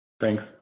Thanks